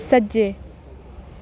सज्जे